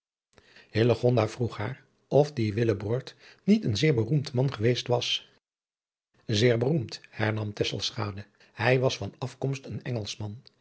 vroeg haar of die willebrord niet een zeer beroemd man geweest was zeer beroemd hernam tesselschade hij was van afkomst een engelschman